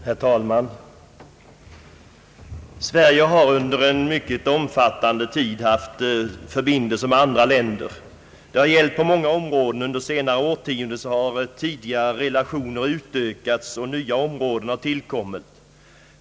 Herr talman! Sverige har under lång tid haft mycket omfattande förbindelser med andra länder. Det har gällt på många områden, och under senare årtionden har de tidigare relationerna utökats och nya områden tillkommit.